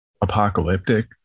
apocalyptic